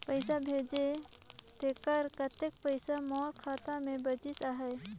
पइसा भेजे तेकर कतेक पइसा मोर खाता मे बाचिस आहाय?